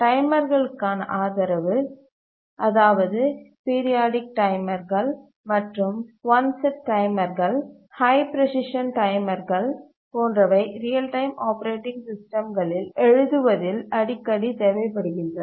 டைமர்களுக்கான ஆதரவு அதாவது பீரியாடிக் டைமர்கள் மற்றும் ஒன்செட் டைமர்கள் ஹை பிரஸ்ரீசன் டைமர்கள் போன்றவை ரியல் டைம் அப்ளிகேஷன்கள் எழுதுவதில் அடிக்கடி தேவைபடுகின்றன